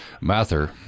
Mather